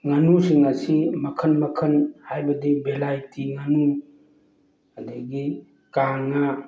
ꯉꯥꯅꯨꯁꯤꯡ ꯑꯁꯤ ꯃꯈꯜ ꯃꯈꯜ ꯍꯥꯏꯕꯗꯤ ꯕꯤꯂꯥꯏꯇꯤ ꯉꯥꯅꯨ ꯑꯗꯒꯤ ꯀꯥꯡꯉꯥ